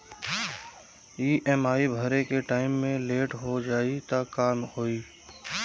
EMI भरे के time मे लेट हो जायी त का होई?